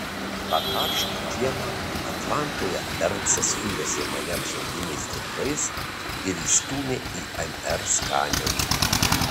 tą karštą dieną atlantoje bernsas sujuosė mane apsauginiais diržais ir įstūmė į mr skenerį